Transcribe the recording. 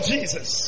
Jesus